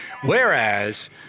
Whereas